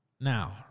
Now